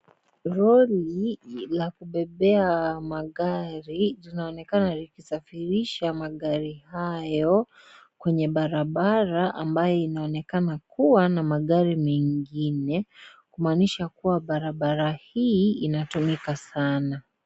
Lori la kubebea magari, zinaonekana zikisafirisha magari hayo, kwenye barabara ambayo inaonekana kuwa na magari mengine, kumaanisha kuwa, barabara hii inatumika sana.